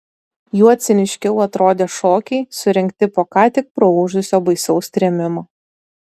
juo ciniškiau atrodė šokiai surengti po ką tik praūžusio baisaus trėmimo